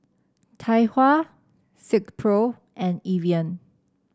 Tai Hua Silkpro and Evian